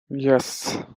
yes